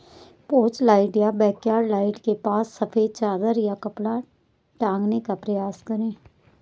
porch light या backyard light के पास सफेद चादर या कपड़ा टांगने का प्रयास करें